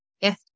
Yes